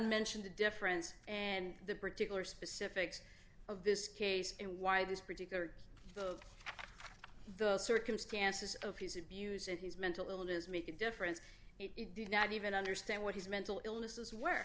mention the difference and the particular specifics of this case and why this particular the circumstances of his abuse and his mental illness make a difference it did not even understand what his mental illnesses were